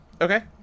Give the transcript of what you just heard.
Okay